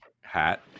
hat